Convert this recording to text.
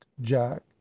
jack